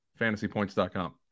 Fantasypoints.com